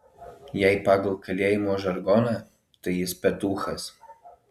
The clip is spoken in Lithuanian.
jei pagal kalėjimo žargoną tai jis petūchas